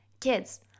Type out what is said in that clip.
kids